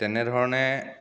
তেনেধৰণে